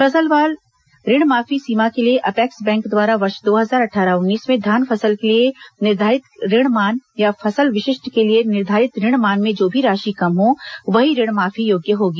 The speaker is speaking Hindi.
फसलवार ऋण माफी सीमा के लिए अपेक्स बैंक द्वारा वर्ष दो हजार अट्ठारह उन्नीस में धान फसल के लिए निर्धारित ऋण मान या फसल विशिष्ट के लिए निर्धारित ऋण मान में जो भी राशि कम हो वहीं ऋण माफी योग्य होगी